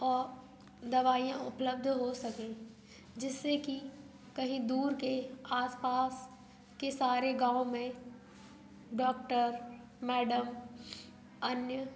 और दवाइयाँ उपलब्ध हो सकें जिससे की कहीं दूर के आस पास के सारे गाँव में डॉक्टर मैडम अन्य